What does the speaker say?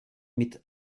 mit